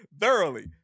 thoroughly